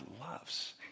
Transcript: loves